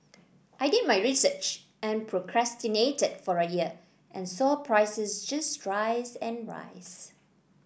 I did my research and procrastinated for a year and saw prices just rise and rise